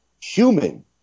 human